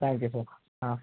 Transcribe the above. thank you sir ah